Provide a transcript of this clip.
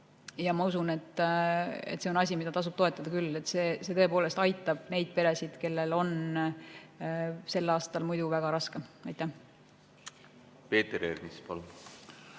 Ma usun, et see on asi, mida tasub toetada küll. See tõepoolest aitab neid peresid, kellel on sel aastal muidu väga raske. Peeter Ernits, palun!